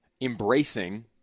embracing